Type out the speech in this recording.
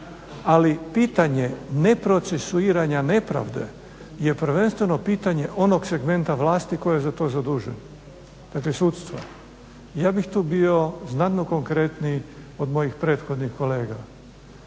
ali pitanje neprocesuiranja nepravde je prvenstveno pitanje onog segmenta vlasti koji je za to zadužen, dakle sudstva. Ja bih tu bio znatno konkretniji od mojih prethodnih kolega.